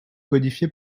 codifiés